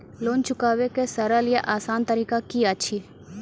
Loan चुकाबै के सरल या आसान तरीका की अछि?